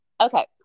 Okay